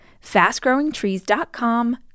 FastGrowingTrees.com